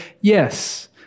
yes